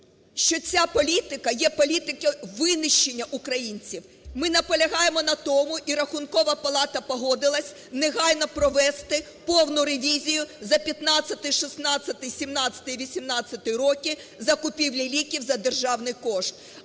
що ця політика є політикою винищення українців. Ми наполягаємо на тому, і Рахункова палата погодилася, негайно провести повну ревізію за 15-й, 16-й, 17-й, 18-й роки закупівлі ліків за державний кошт.